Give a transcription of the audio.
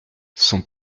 son